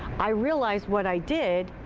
i realize what i did,